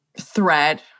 thread